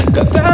Cause